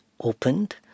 opened